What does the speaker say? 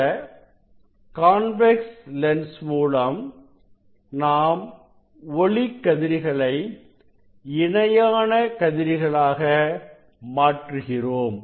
இந்த convex lens மூலம் நாம் ஒளிக்கதிர்களை இணையான கதிர்களாக மாற்றுகிறோம்